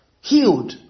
Healed